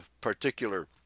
particular